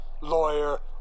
lawyer